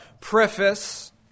preface